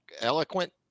eloquent